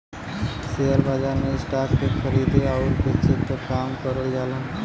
share बाजार में stock के खरीदे आउर बेचे क काम करल जाला